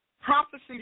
Prophecy